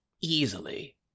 easily